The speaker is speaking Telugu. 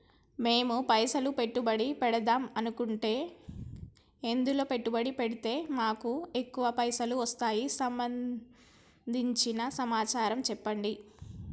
మేము పైసలు పెట్టుబడి పెడదాం అనుకుంటే ఎందులో పెట్టుబడి పెడితే మాకు ఎక్కువ పైసలు వస్తాయి సంబంధించిన సమాచారం చెప్పండి?